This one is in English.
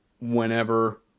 whenever